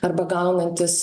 arba gaunantys